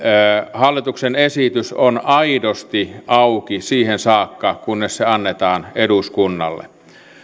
hallituksen esitys on aidosti auki siihen saakka kunnes se annetaan eduskunnalle